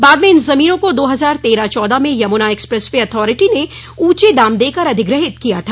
बाद में इन जमीनों को दो हजार तेरह चौदह में यमुना एक्सप्रेस वे अथारिटी ने ऊँचे दाम देकर अधिग्रहीत किया था